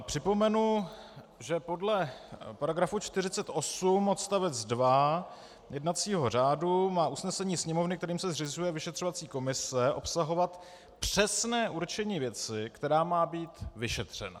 Připomenu, že podle § 48 odst. 2 jednacího řádu má usnesení Sněmovny, kterým se zřizuje vyšetřovací komise, obsahovat přesné určení věci, která má být vyšetřena.